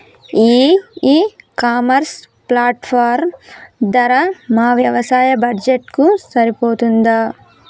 ఈ e commerce platform ధర మా వ్యవసాయ బడ్జెట్ కు సరిపోతుందా?